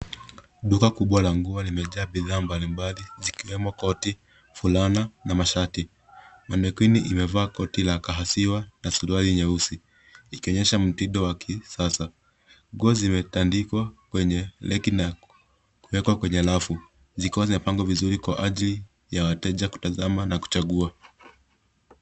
Duka kubwa la nguo limejaa bidhaa mbalimbali, zikiwemo koti, fulana, na mashati. Manekini imevaa koti la kahasiwa, na suruali nyeusi. Ikionyesha mtindo wa kisasa. Nguo zimetandikwa, kwenye reki na kuwekwa kwenye rafu. Zikiwa zimepangwa vizuri kwa ajili, ya wateja kutazama na kuchagua.